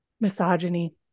misogyny